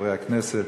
חברי הכנסת,